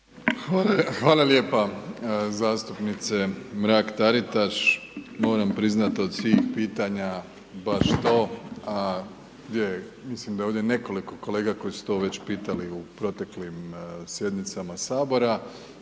Hvala lijepa zastupnice Mrak-Taritaš. Moram priznati, od svih pitanja, baš to, a gdje, mislim da je ovdje nekoliko kolega koji su to već pitali u proteklim sjednicama Sabora.